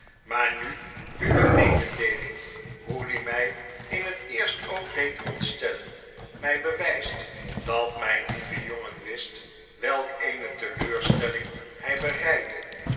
maar nu uwe mededeeling hoe die my in het eerst ook deed ontstellen mij bewist dat myai lieve jongen wist welk eene teleurstelling hy bereidde